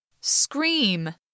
Scream